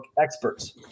experts